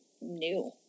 new